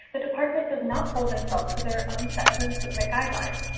the department does not hold themselves to their own set of improvement guidelines.